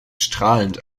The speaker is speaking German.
strahlend